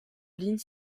lignes